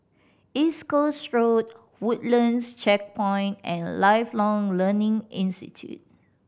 East Coast Road Woodlands Checkpoint and Lifelong Learning Institute